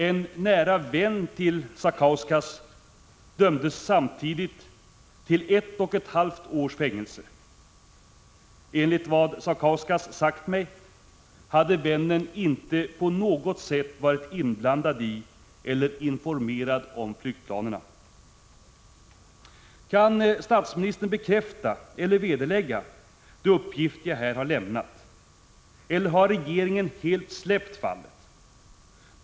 En nära vän till Sakauskas dömdes samtidigt till ett och ett halvt års fängelse. Enligt vad Sakauskas sagt mig hade vännen inte på något sätt varit inblandad i eller informerad om flyktplanerna. Kan statsministern bekräfta eller vederlägga de uppgifter jag här har lämnat? Eller har regeringen helt släppt fallet?